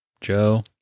Joe